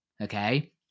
okay